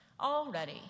Already